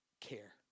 care